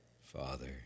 Father